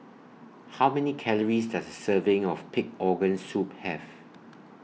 How Many Calories Does A Serving of Pig Organ Soup Have